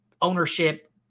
ownership